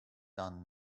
done